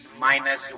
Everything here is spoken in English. minus